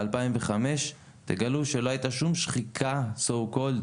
ב-2005 אתם תגלו שלא הייתה שום שחיקה so cold,